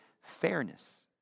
fairness